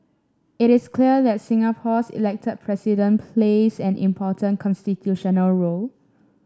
it is clear that Singapore's elect President plays an important constitutional role